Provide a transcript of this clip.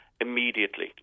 immediately